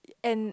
and